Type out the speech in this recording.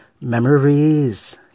Memories